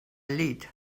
lead